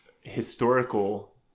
historical